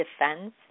defense